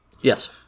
Yes